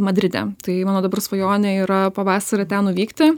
madride tai mano dabar svajonė yra pavasarį ten nuvykti